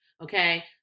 Okay